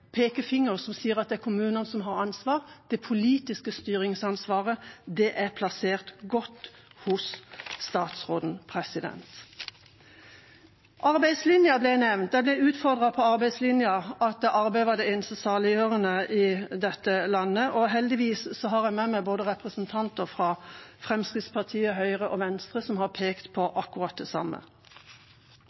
pekefinger som sier at det er kommunene som har ansvar. Det politiske styringsansvaret er godt plassert hos statsråden. Arbeidslinja ble nevnt. Jeg ble utfordret på at arbeid var det eneste saliggjørende i dette landet. Heldigvis har jeg med meg representanter fra både Fremskrittspartiet, Høyre og Venstre som har pekt på akkurat det samme.